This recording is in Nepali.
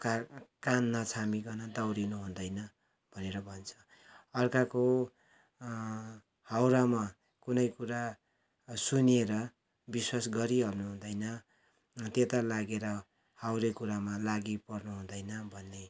कान कान नछामिकन दौडिनु हुँदैन भनेर भन्छ अर्काको हाउडामा कुनै कुरा सुनेर विश्वास गरिहाल्नु हुँदैन त्यता लागेर हउडे कुरामा लागि पर्नु हुँदैन भन्ने